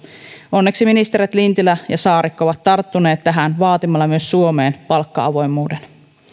onneksi ministerit lintilä ja saarikko ovat tarttuneet tähän vaatimalla myös suomeen palkka avoimuuden